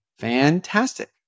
Fantastic